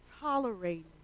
tolerating